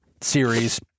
series